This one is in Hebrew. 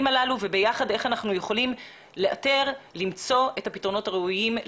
כך אנחנו מקווים שנוכל להשפיע על ההתנהגות של ההורים.